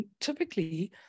typically